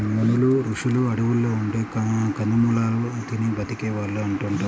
మునులు, రుషులు అడువుల్లో ఉండే కందమూలాలు తిని బతికే వాళ్ళు అంటుంటారు